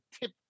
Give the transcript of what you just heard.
tip